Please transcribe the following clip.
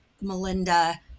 Melinda